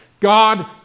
God